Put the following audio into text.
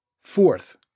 Fourth